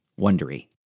Wondery